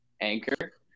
Anchor